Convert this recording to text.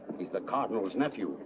he's the cardinal's nephew.